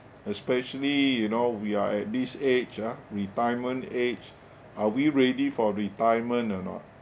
especially you know we are at this age ah retirement age are we ready for retirement or not